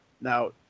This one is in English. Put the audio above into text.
now